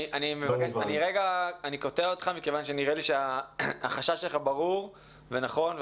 אני קוטע אותך מפני שנדמה לי שהחשש שלך ברור ונכון,